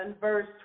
verse